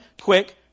quick